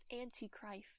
antichrist